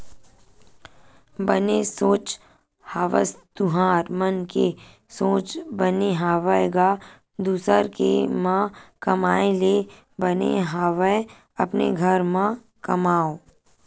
बने सोच हवस तुँहर मन के सोच बने हवय गा दुसर के म कमाए ले बने हवय अपने घर म कमाओ